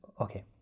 okay